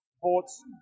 ports